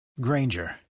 Granger